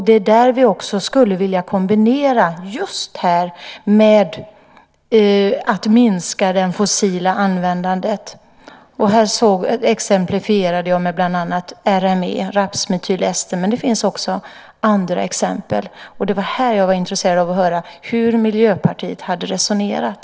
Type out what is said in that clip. Det är där vi också skulle vilja kombinera med att minska användandet av fossila bränslen. Det exemplifierade jag med bland annat RME, rapsmetylester, men det finns också andra exempel. Det var här jag var intresserad av att höra hur Miljöpartiet hade resonerat.